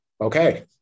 Okay